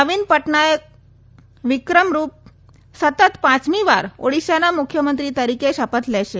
નવી પટનાયક વિક્રમરૂપ સતત પાંચમી વાર ઓડિશાના મુખ્યમંત્રી તરીકે શપથ લેશે